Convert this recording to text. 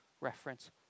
reference